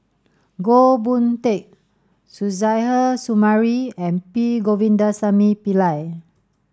Goh Boon Teck Suzairhe Sumari and P Govindasamy Pillai